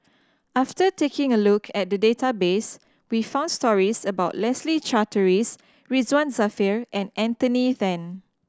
after taking a look at the database we found stories about Leslie Charteris Ridzwan Dzafir and Anthony Then